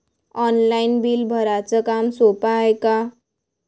Online bill भराच काम सोपं हाय का?